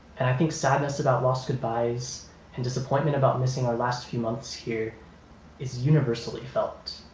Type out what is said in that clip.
and i think sadness about lost goodbyes and disappointment about missing our last few months here is universally felt.